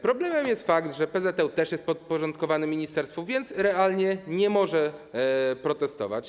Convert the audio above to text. Problemem jest fakt, że PZŁ też jest podporządkowany ministerstwu, więc realnie nie może protestować.